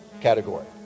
category